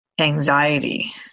anxiety